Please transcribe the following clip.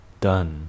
done